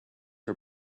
her